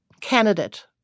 candidate